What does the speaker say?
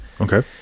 okay